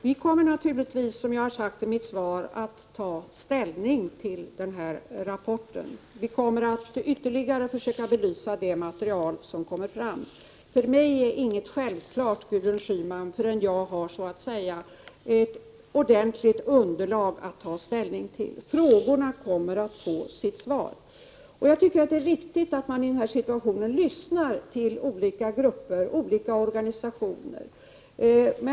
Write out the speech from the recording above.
Herr talman! Som jag sade i mitt svar kommer vi naturligtvis att ta ställning till den här rapporten. Vi kommer att ytterligare försöka belysa det material som kommer fram. För mig är inget självklart, Gudrun Schyman, förrän jag har ett ordentligt underlag att ta ställning till. Frågorna kommer att få sitt svar. Det är viktigt att man i denna situation lyssnar till olika grupper och olika organisationer.